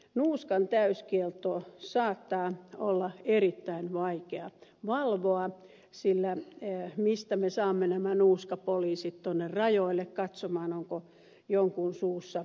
nuuskan täyskieltoa saattaa olla erittäin vaikea valvoa sillä mistä me saamme nämä nuuskapoliisit tuonne rajoille katsomaan onko jonkun suussa nuuskamälli